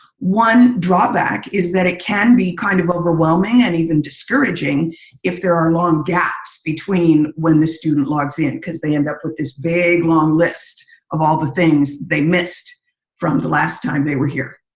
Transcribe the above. one drawback is that it can be kind of overwhelming and even discouraging if there are long gaps between when the student logs in because they end up with this big long list of all the things they missed from the last time they were here.